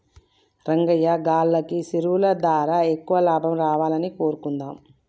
రంగయ్యా గాల్లకి సెరువులు దారా ఎక్కువ లాభం రావాలని కోరుకుందాం